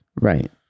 right